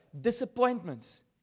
Disappointments